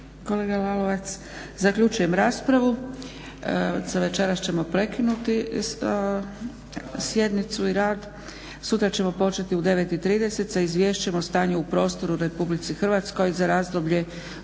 kolega Lalovac. Zaključujem raspravu. Za večeras ćemo prekinuti sjednicu i rad. Sutra ćemo početi u 9,30 sa Izvješćem o stanju u prostoru u RH za razdoblje